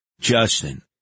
Justin